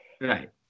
Right